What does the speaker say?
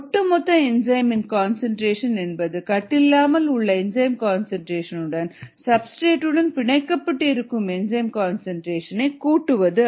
ஒட்டுமொத்த என்சைம் இன் கன்சன்ட்ரேஷன் என்பது கட்டில்லாமல் உள்ள என்சைம் கன்சன்ட்ரேஷன் உடன் சப்ஸ்டிரேட் உடன் பிணைக்கப்பட்டு இருக்கும் என்சைம் கன்சன்ட்ரேஷன் கூட்டுவது